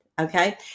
Okay